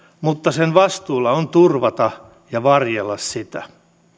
mutta sen vastuulla on turvata ja varjella sitä